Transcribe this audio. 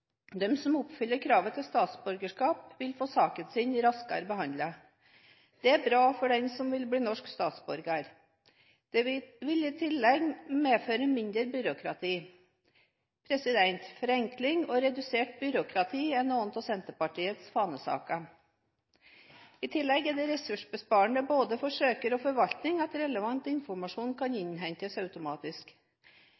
som oppfyller kravene til statsborgerskap, vil få saken sin raskere behandlet. Det er bra for den som vil bli norsk statsborger. Det vil i tillegg medføre mindre byråkrati. Forenkling og redusert byråkrati er noen av Senterpartiets fanesaker. I tillegg er det ressursbesparende for både søker og forvaltning at relevant informasjon kan